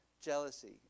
Jealousy